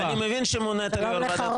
אני רוצה לשמוע אתכם דווקא,